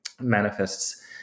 manifests